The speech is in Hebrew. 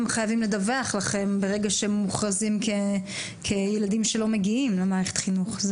הם חייבים לדווח ברגע שהם מוכרזים כילדים שלא מגיעים למערכת החינוך.